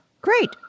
Great